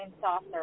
Saucer